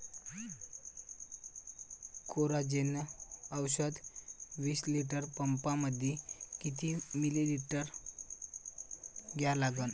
Coragen औषध विस litre पंपामंदी किती मिलीमिटर घ्या लागन?